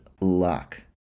luck